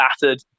battered